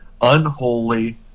Unholy